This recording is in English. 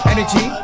Energy